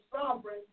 sovereign